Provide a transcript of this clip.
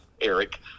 eric